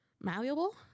malleable